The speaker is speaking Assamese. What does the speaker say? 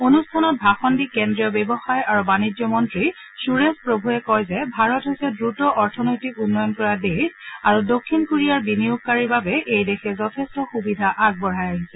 অনুষ্ঠানত ভাষণ দি কেন্দ্ৰীয় ব্যৱসায় আৰু বাণিজ্য মন্ত্ৰী সুৰেশ প্ৰভুৱে কয় যে ভাৰত হৈছে দ্ৰুত অৰ্থনৈতিক উন্নয়ন কৰা দেশ আৰু দক্ষিণ কোৰিয়াৰ বিনিয়োগকাৰীৰ বাবে এই দেশে যথেষ্ট সূবিধা আগবঢ়াই আহিছে